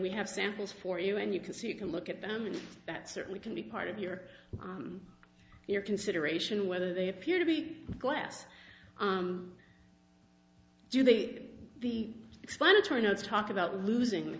we have samples for you and you can see you can look at them and that certainly can be part of your or your consideration whether they appear to be glass do you think the explanatory notes talked about losing the